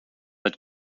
but